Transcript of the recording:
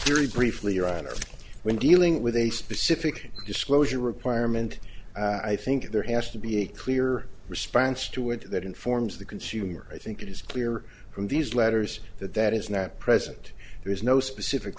honor when dealing with a specific disclosure requirement i think there has to be a clear response to it that informs the consumer i think it is clear from these letters that that is not present there is no specific